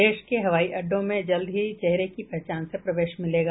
देश के हवाई अड्डों में जल्द ही चेहरे की पहचान से प्रवेश मिलेगा